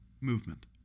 Movement